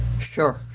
Sure